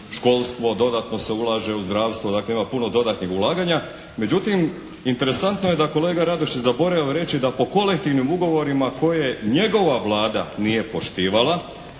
školstvo, dodatno se ulaže u zdravstvo. Dakle ima puno dodatnih ulaganja međutim interesantno je da kolega Radoš je zaboravio reći da po kolektivnim ugovorima koje njegova Vlada nije poštivala